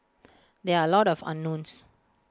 there are A lot of unknowns